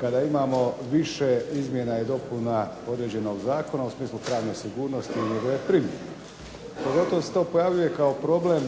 kada imamo više izmjena i dopuna određenog zakona, u smislu pravne sigurnosti i njegove primjene. Pogotovo se to pojavljuje kao problem